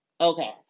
Okay